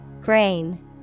Grain